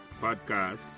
Podcast